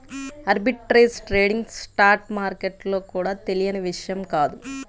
arbitrage trading stock మార్కెట్లలో కూడా తెలియని విషయం కాదు